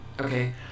Okay